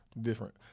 Different